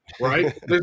right